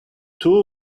two